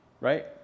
right